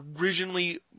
originally